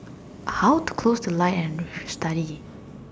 how to close the light and study